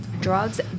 drugs